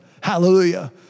hallelujah